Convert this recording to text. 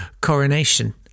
coronation